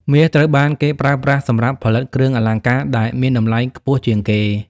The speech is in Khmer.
មាសត្រូវបានគេប្រើប្រាស់សម្រាប់ផលិតគ្រឿងអលង្ការដែលមានតម្លៃខ្ពស់ជាងគេ។